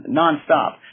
nonstop